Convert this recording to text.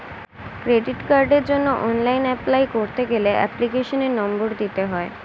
credit কার্ডের জন্য online apply করতে গেলে এপ্লিকেশনের নম্বর দিতে হয়